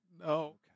No